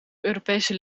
europese